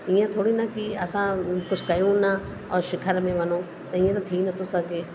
इअं थोरी न कि असां कुझु कयो न और शिखर बि वञू इअं त थी नथो सघे